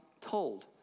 told